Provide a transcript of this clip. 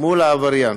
מול העבריין.